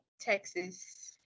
Texas